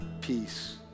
peace